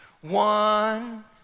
One